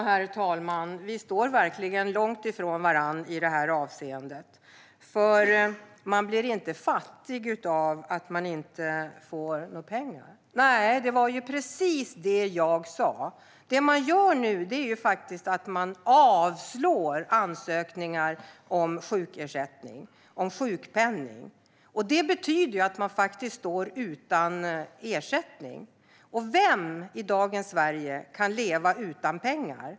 Herr talman! Ja, vi står verkligen långt ifrån varandra i det här avseendet. Man blir inte frisk av att man inte får några pengar, nej. Det var ju precis det jag sa. Det man gör nu är att man avslår ansökningar om sjukersättning, om sjukpenning. Det betyder att de som får avslag står utan ersättning, och vem i dagens Sverige kan leva utan pengar?